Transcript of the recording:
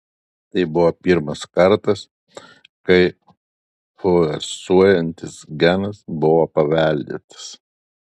tai buvo pirmas kartas kai fluorescuojantis genas buvo paveldėtas